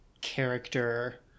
character